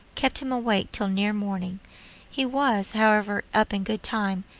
kept him awake till near morning he was, however, up in good time,